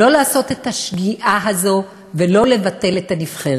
לא לעשות את השגיאה הזאת ולא לבטל את הנבחרת.